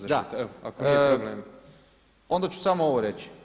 Onda ću samo ovo reći.